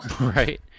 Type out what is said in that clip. Right